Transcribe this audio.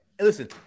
listen